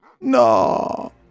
No